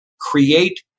create